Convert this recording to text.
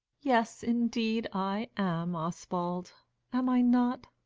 yes, indeed i am, oswald am i not?